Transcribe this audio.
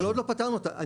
עוד לא פתרנו אותה.